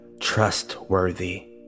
Trustworthy